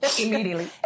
Immediately